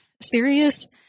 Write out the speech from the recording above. serious